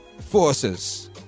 forces